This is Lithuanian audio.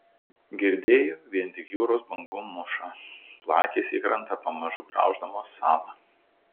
girdėjo vien tik jūros bangų mūšą plakėsi į krantą pamažu grauždamos salą